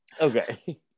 Okay